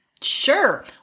sure